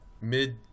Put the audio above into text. mid